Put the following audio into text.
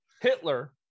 hitler